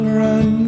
run